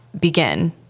begin